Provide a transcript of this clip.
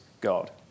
God